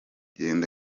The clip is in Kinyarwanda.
kugenda